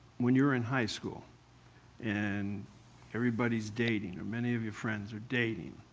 when you were in high school and everybody's dating, or many of your friends are dating,